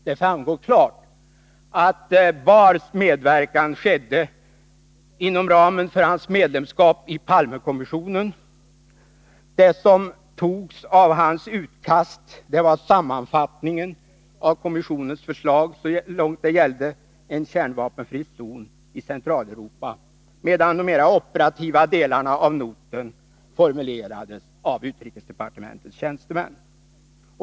Det framgår klart att Bahrs medverkan skedde inom ramen för hans medlemskap i Palmekommissionen. Det som togs av hans utkast var sammanfattningen av kommissionens förslag så långt det gällde en kärnva Nr 154 penfri zon i Centraleuropa, medan de mera operativa delarna av noten formulerades av utrikesdepartementets tjänstemän.